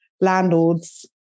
landlords